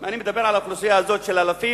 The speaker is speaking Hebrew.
אני מדבר על האוכלוסייה הזאת של אלפים